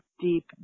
deep